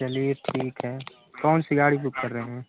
चलिए ठीक है कौन सी गाड़ी बुक कर रहे हैं